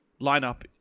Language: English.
Lineup